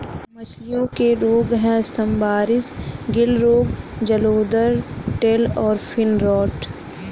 मछलियों के रोग हैं स्तम्भारिस, गिल रोग, जलोदर, टेल और फिन रॉट